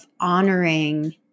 honoring